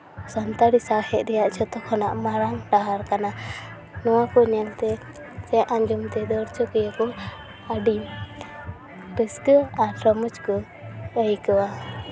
ᱥᱟᱱᱛᱟᱲᱤ ᱥᱟᱶᱦᱮᱫ ᱨᱮᱭᱟᱜ ᱡᱷᱚᱛᱚ ᱠᱷᱚᱱᱟᱜ ᱢᱟᱨᱟᱝ ᱯᱟᱦᱟᱲ ᱠᱟᱱᱟ ᱱᱚᱣᱟ ᱠᱚ ᱧᱮᱞ ᱛᱮ ᱥᱮ ᱟᱸᱡᱚᱢ ᱛᱮ ᱫᱟᱹᱲ ᱪᱤᱠᱟᱹᱭᱟᱠᱚ ᱟᱹᱰᱤ ᱨᱟᱹᱥᱠᱟᱹ ᱟᱨ ᱨᱚᱢᱚᱡᱽ ᱠᱚ ᱟᱹᱭᱠᱟᱹᱣᱟ